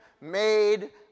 made